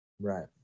Right